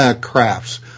crafts